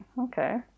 okay